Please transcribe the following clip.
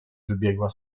wybiegła